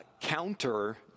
counter